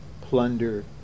plunder